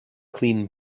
clean